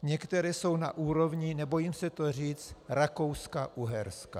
Některé jsou na úrovni, nebojím se to říci, RakouskaUherska.